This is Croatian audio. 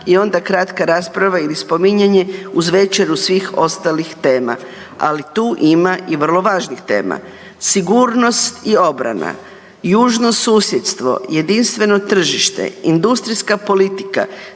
i onda kratka rasprava ili spominjanje uz večeru svih ostalih tema, ali tu ima i vrlo važnih tema. Sigurnost i obrana, južno susjedstvo, jedinstveno tržište, industrijska politika,